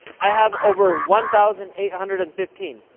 i have over one thousand eight hundred and fifteen.